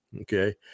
Okay